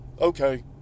Okay